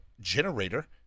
generator